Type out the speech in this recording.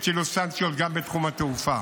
הטילו סנקציות גם בתחום התעופה